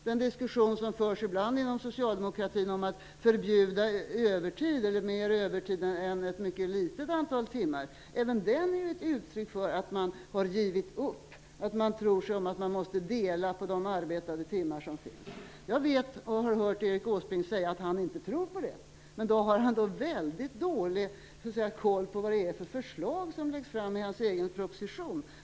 Den diskussion som ibland förs inom socialdemokratin om att förbjuda all övertid utom ett mycket litet antal timmar är även den ett uttryck för att man har givit upp och tror att man måste dela på de arbetade timmar som finns. Jag har hört Erik Åsbrink säga att han inte tror på det, men då har han väldigt dålig koll på vilka förslag det är som läggs fram i hans egen proposition.